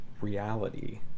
reality